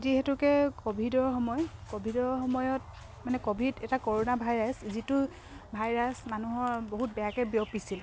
যিহেতুকে ক'ভিডৰ সময় ক'ভিডৰ সময়ত মানে ক'ভিড এটা কৰ'না ভাইৰাছ যিটো ভাইৰাছ মানুহৰ বহুত বেয়াকৈ বিয়পিছিল